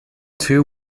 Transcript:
two